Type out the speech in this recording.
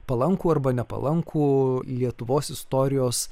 palankų arba nepalankų lietuvos istorijos